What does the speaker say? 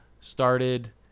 started